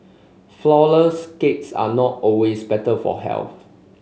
flourless cakes are not always better for health